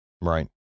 Right